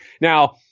Now